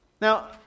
Now